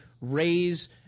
raise